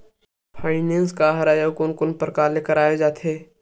Finance का हरय आऊ कोन कोन प्रकार ले कराये जाथे?